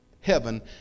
Heaven